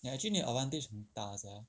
ya actually 你的 advantage 很大 sia